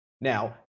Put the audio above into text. Now